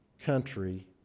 country